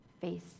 face